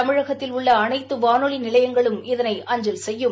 தமிழகத்தில் உள்ள அனைத்து வானொலி நிலையங்களும் இதனை அஞ்சல் செய்யும்